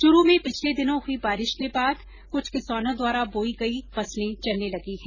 चूरु में पिछले दिनों हुई बारिश के बाद कुछ किसानों द्वारा बोई गई फसलें जलने लगी हैं